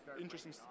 interesting